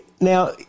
Now